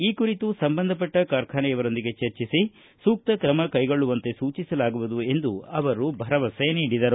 ಈ ಕುರಿತು ಸಂಬಂಧಪಟ್ಟ ಕಾರ್ಖಾನೆಯವರೊಂದಿಗೆ ಚರ್ಚಿಸಿ ಸೂಕ್ತ ಕ್ರಮ ಕೈಗೊಳ್ಳುವಂತೆ ಸೂಚಿಸಲಾಗುವುದು ಎಂದು ಅವರು ಭರವಸೆ ನೀಡಿದರು